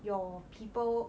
your people